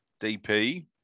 DP